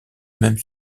même